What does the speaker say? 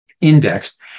indexed